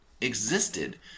existed